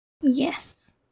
Yes